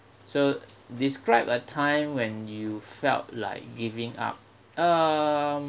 so describe a time when you felt like giving up um